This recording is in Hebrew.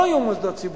לא יהיו מוסדות ציבור.